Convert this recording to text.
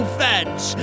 fence